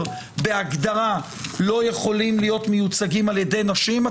בהגדרה לא יכולים להיות מיוצגים על ידי נשים,